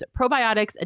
probiotics